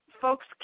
folks